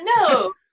No